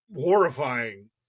horrifying